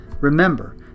Remember